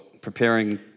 preparing